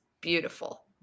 beautiful